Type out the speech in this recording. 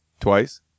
Twice